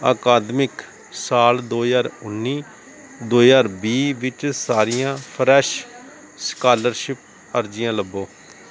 ਅਕਾਦਮਿਕ ਸਾਲ ਦੋ ਹਜ਼ਾਰ ਉੱਨੀ ਦੋ ਹਜ਼ਾਰ ਵੀਹ ਵਿੱਚ ਸਾਰੀਆਂ ਫਰੈਸ਼ ਸਕਾਲਰਸ਼ਿਪ ਅਰਜ਼ੀਆਂ ਲੱਭੋ